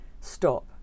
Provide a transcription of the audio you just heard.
stop